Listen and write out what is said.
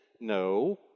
No